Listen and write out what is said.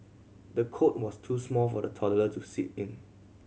the cot was too small for the toddler to sleep in